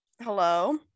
hello